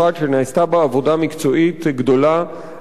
שנעשתה בה עבודה מקצועית גדולה על-ידי